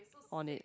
on it